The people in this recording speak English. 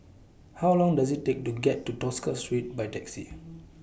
How Long Does IT Take to get to Tosca Street By Taxi